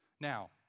Now